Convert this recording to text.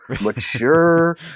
mature